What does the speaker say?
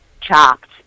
Chopped